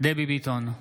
דבי ביטון,